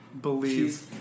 Believe